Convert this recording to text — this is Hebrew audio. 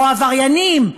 או עבריינים,